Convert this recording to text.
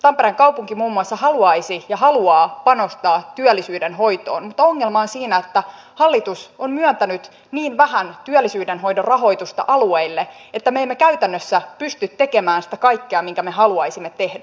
tampereen kaupunki muun muassa haluaisi ja haluaa panostaa työllisyyden hoitoon mutta ongelma on siinä että hallitus on myöntänyt niin vähän työllisyyden hoidon rahoitusta alueille että me emme käytännössä pysty tekemään sitä kaikkea minkä me haluaisimme tehdä